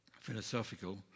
philosophical